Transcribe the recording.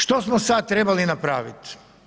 Što smo sad trebali napraviti?